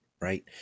Right